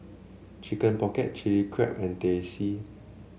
Chicken Pocket Chilli Crab and Teh C